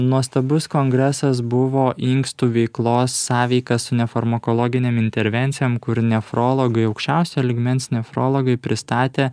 nuostabus kongresas buvo inkstų veiklos sąveika su nefarmakologinėm intervencijom kur nefrologai aukščiausio lygmens nefrologai pristatė